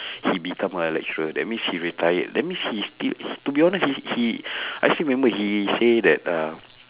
he become a lecturer that means he retired that means he still to be honest he he I still remember he say that uh